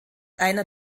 einer